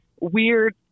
weird